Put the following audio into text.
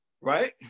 Right